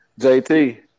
JT